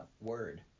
word